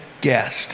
guest